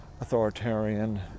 authoritarian